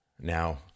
Now